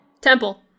Temple